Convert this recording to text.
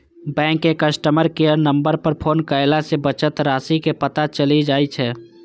bank के customer care number पर phone कयला सं बचत राशिक पता चलि जाइ छै